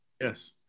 Yes